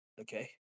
okay